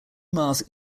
miles